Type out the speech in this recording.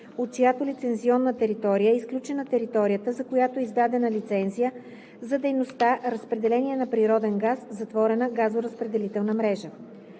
от чиято лицензионна територия е изключена територията, за която е издадена лицензия за дейността „разпределение на природен газ в затворена газоразпределителна мрежа“.